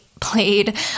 played